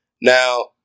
Now